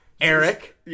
Eric